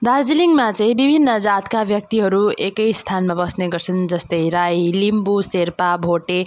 दार्जिलिङमा चाहिँ विभिन्न जातका व्यक्तिहरू एक स्थानमा बस्ने गर्छन् जस्तै राई लिम्बू शेर्पा भोटे